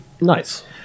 Nice